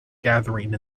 gathering